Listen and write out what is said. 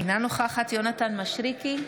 אינה נוכחת יונתן מישרקי,